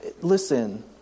listen